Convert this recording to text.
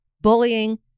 bullying